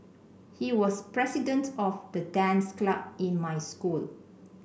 he was president of the dance club in my school